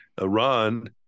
Iran